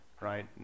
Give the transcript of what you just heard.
right